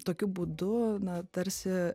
tokiu būdu na tarsi